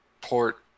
Port